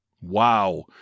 Wow